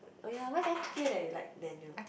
oh yea why that feel that you like Daniel